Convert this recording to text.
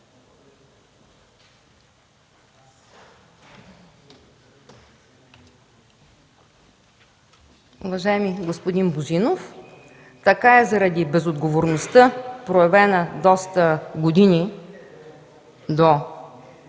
Уважаеми господин Божинов, така е заради безотговорността, проявена доста години до